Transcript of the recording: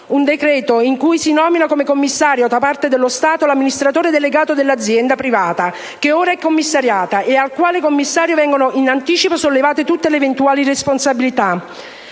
Un decreto in cui si nomina come commissario da parte dello Stato l'amministratore delegato dell'azienda privata che ora è commissariata e il quale commissario viene in anticipo sollevato da tutte le eventuali responsabilità!